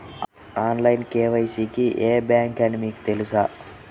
Online KYC కి ఏ bank అని మీకు తెలుసా?